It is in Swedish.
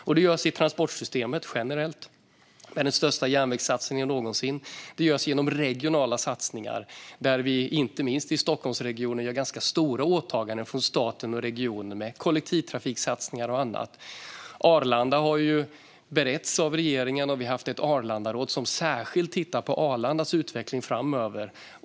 Det görs generellt i transportsystemet, med den största järnvägssatsningen någonsin. Det görs också genom regionala satsningar - inte minst i Stockholmsregionen gör vi ganska stora åtaganden från staten och regionen med kollektivtrafiksatsningar och annat. Arlanda har beretts av regeringen, och vi har haft ett Arlandaråd som särskilt tittat på Arlandas utveckling framöver.